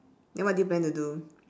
then what do you plan to do